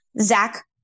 Zach